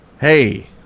hey